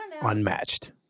unmatched